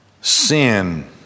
sin